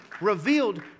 revealed